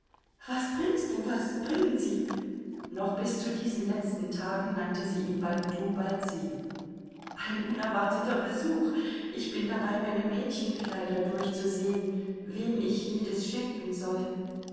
was bringst du was bringen sie noch bis zu diesen letzten tagen nannte sie ihn bald du bald sie ein unerwarteter besuch ich bin dabei meine mädchenkleider durchzusehen wem ich jedes schenken soll